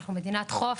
אנחנו מדינת חוף,